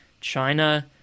China